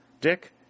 Dick